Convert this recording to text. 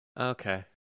Okay